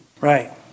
Right